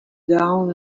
down